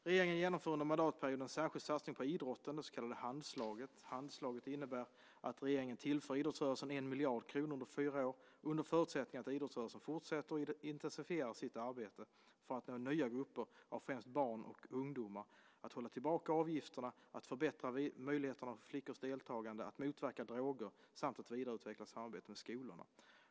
Regeringen genomför under mandatperioden en särskild satsning på idrotten, det så kallade Handslaget. Handslaget innebär att regeringen tillför idrottsrörelsen 1 miljard kronor under fyra år under förutsättning att idrottsrörelsen fortsätter och intensifierar sitt arbete för att nå nya grupper av främst barn och ungdomar, att hålla tillbaka avgifterna, att förbättra möjligheterna för flickors deltagande, att motverka droger samt att vidareutveckla samarbetet med skolorna.